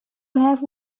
have